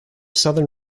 southern